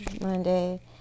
Monday